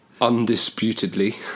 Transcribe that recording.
undisputedly